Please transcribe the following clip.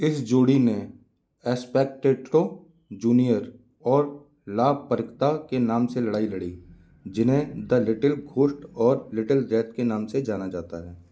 इस जोड़ी ने एस्पेकटेट्रो जूनियर और ला परकता के नाम से लड़ाई लड़ी जिन्हें द लिटिल घोस्ट और लिटिल डेथ के नाम से जाना जाता है